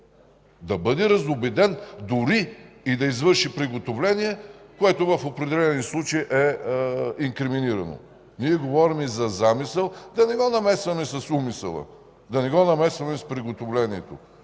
Да бъде разубеден, дори и да извърши приготовление, което в определени случаи е инкриминирано. Ние говорим за замисъл. Да не го намесваме с умисъла, да не го намесваме с приготовлението.